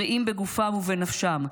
בריאים בגופם ובנפשם,